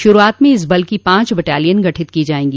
शुरूआत में इस बल की पांच बटालियन गठित की जायेंगी